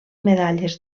medalles